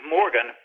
Morgan